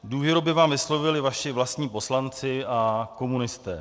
Důvěru by vám vyslovili vaši vlastní poslanci a komunisté.